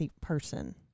person